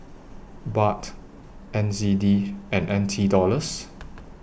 Baht N Z D and N T Dollars